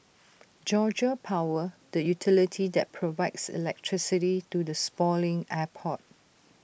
Georgia power the utility that provides electricity to the sprawling airport